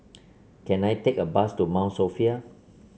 can I take a bus to Mount Sophia